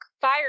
Fire